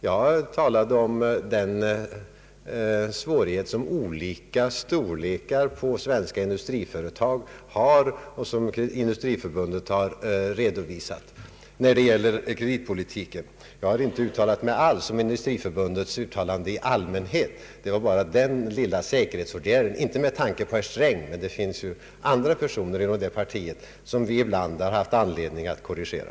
Jag talade om den svårighet när det gäller kreditpolitiken som svenska industriföretag av olika storlekar har och som Industriförbundet har redovisat. Jag har inte sagt någonting om Industriförbundets uttalande. Jag har velat säga detta som en liten säkerhetsåtgärd — inte med tanke på herr Sträng utan på andra personer inom det socialdemokratiska partiet som vi ibland har haft anledning att korrigera.